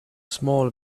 small